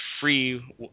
free